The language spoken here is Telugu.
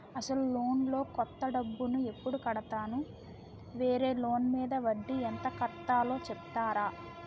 అసలు లోన్ లో కొంత డబ్బు ను ఎప్పుడు కడతాను? వేరే లోన్ మీద వడ్డీ ఎంత కట్తలో చెప్తారా?